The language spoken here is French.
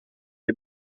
les